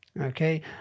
okay